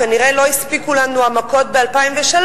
כנראה לא הספיקו לנו המכות ב-2003,